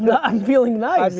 yeah i'm feeling nice.